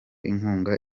inkunga